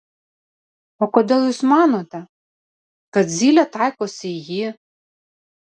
o kodėl jūs manote kad zylė taikosi į jį